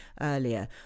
earlier